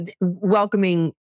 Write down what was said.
welcoming